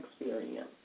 experience